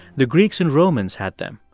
the greeks and romans had them.